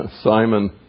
Simon